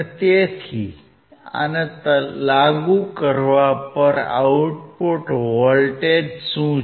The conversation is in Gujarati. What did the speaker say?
તેથી આને લાગુ કરવા પર આઉટપુટ વોલ્ટેજ શું છે